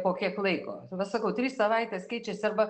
po kiek laiko va sakau trys savaitės keičiasi arba